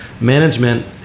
management